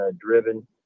driven